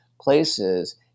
places